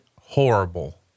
horrible